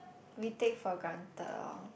we take for granted lor